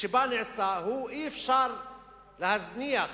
שבה הוא נעשה, אי-אפשר להזניח